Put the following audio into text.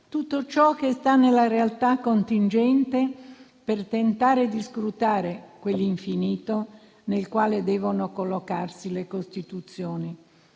tutto ciò che sta nella realtà contingente, per tentare di scrutare quell'infinito nel quale devono collocarsi le Costituzioni.